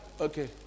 okay